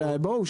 אבל בואו,